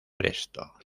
presto